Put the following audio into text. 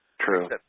True